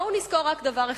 בואו ונזכור רק דבר אחד: